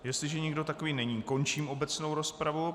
Jestliže nikdo takový není, končím obecnou rozpravu.